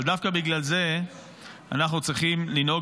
אבל דווקא בגלל זה אנחנו צריכים לנהוג